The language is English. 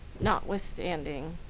notwithstanding